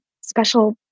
special